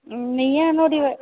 നീയാണോടി